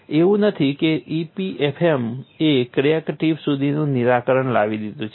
એવું નથી કે EPFM એ ક્રેક ટિપ સુધીનું નિરાકરણ લાવી દીધું છે